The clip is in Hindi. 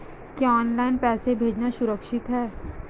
क्या ऑनलाइन पैसे भेजना सुरक्षित है?